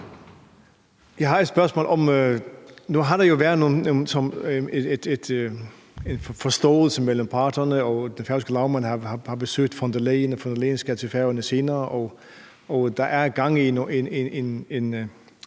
Jeg har et spørgsmål. Nu har der været en forståelse mellem parterne, og den færøske lagmand har besøgt Ursula von der Leyen, og hun skal til Færøerne senere, og der er gang i en